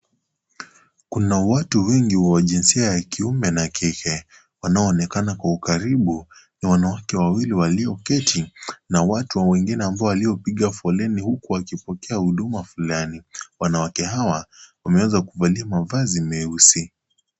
Kuna watu wengi wa jinsia wa kiume na kike. Wanaoonekana kwa ukaribu ni wanawake wawili walioketi na watu wengine ambao waliopiga foleni huku wakipokea huduma fulani. Wanawake hawa, wameweza kuvalia mavazi meusi.